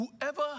whoever